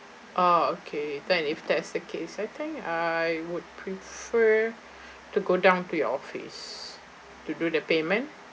oh okay then if that's the case I think I would prefer to go down to your office to do the payment